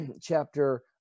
chapter